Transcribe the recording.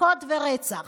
מכות ורצח.